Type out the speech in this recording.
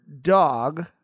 dog